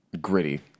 gritty